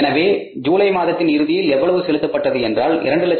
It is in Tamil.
எனவே ஜூலை மாதத்தின் இறுதியில் எவ்வளவு செலுத்தப்பட்டது என்றால் 212000